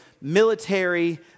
military